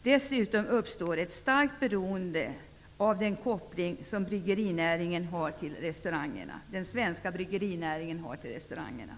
Dessutom uppstår ett starkt beroende genom den koppling som den svenska bryggerinäringen har till restaurangerna.